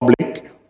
public